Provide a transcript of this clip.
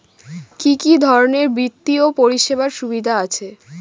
কি কি ধরনের বিত্তীয় পরিষেবার সুবিধা আছে?